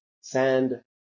sand